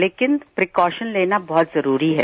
लेकिन प्रिकॉशन लेना बहुत जरूरी है